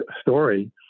story